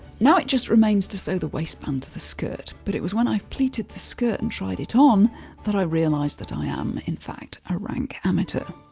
now it just remains to sew the waistband to the skirt. but it was when i've pleated the skirt and tried it on um that i realised that i am in fact, a rank amateur.